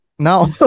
Now